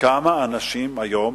ורואה כמה אנשים משתכרים היום,